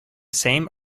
same